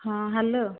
ହଁ ହ୍ୟାଲୋ